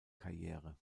karriere